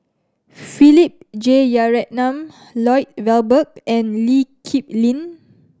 Philip Jeyaretnam Lloyd Valberg and Lee Kip Lin